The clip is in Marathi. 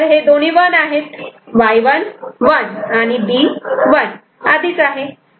तर हे दोन्ही 1 आहेत Y1 1 आणि B1 आधीच आहे त्यामुळे इथे हा 1 ला जातो